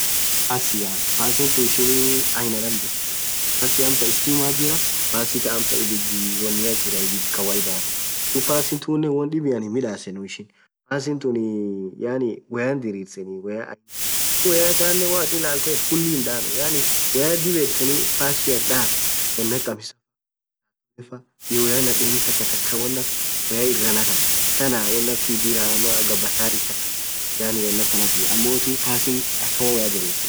Pasiaa pasithun ishinii aina lamma jirthi pasii amtan sitima Jira pasi thaa amtan ibidhii kawaidha dhub pasi tunen wonn dhibian hin midhasenu ishin pasi tun yaani woyan dirriseni woyya aina woyya. woyya thanen woathin ilathethu khulii hin dhaanu yaani woyya dhib yethe pasian dhan wonn akha khamisafaaa iyoo woyaa akha nadheni thakthaka won akha woya irathan than wonn akha dhirraa ama ghabasar isa Khan dhub won akahnathi ammothu pasia akamaa woyaa dhirisithi